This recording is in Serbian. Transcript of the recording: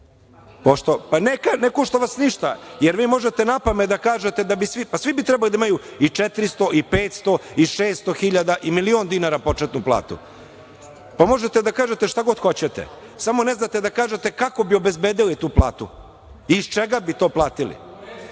Ne košta vas ništa, jer vi možete napamet da kažete. Svi bi trebalo da imaju i 400 i 500 i 600.000 i milion dinara početnu platu. Možete da kažete šta god hoćete, samo ne znate kako bi obezbedili tu platu i iz čega bi to platili.